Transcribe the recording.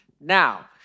now